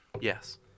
Yes